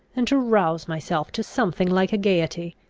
and to rouse myself to something like a gaiety,